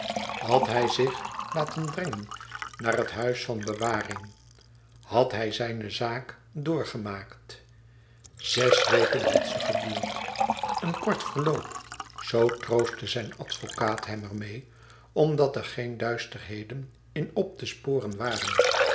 had hij zich laten brengen naar het huis van bewaring had hij zijne zaak doorgemaakt zes weken had ze geduurd een kort verloop zoo troostte zijn advocaat hem er meê omdat er geen duisterheden in op te sporen waren